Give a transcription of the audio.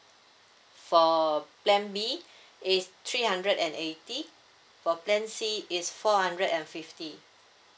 for plan B is three hundred and eighty for plan C is four hundred and fifty